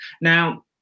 Now